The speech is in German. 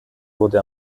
wurde